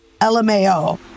LMAO